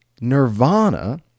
nirvana